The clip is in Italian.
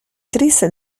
triste